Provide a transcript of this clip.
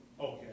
Okay